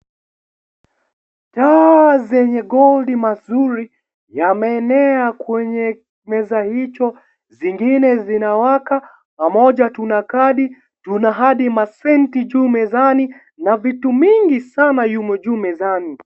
Taa yenye gold mazuri yameenea kwenye meza hicho. Zingine zinawaka. Pamoja tunawaka. Kuna hadi masenti juu mezani na vitu mingi sana yumo juu mezani.